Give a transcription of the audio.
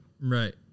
Right